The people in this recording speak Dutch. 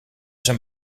zijn